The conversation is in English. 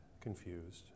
confused